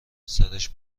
سرش